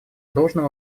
должным